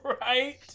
Right